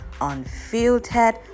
unfiltered